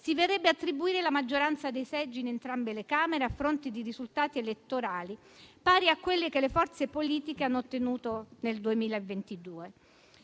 si vedrebbe attribuire la maggioranza dei seggi in entrambe le Camere a fronte di risultati elettorali pari a quelli che le forze politiche hanno ottenuto nel 2022.